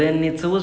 mm